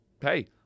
hey